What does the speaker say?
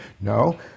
No